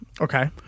Okay